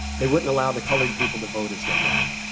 they wouldn't allow the colored people to vote as they wanted.